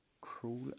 cruel